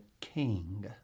King